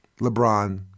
LeBron